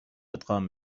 ادغام